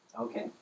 Okay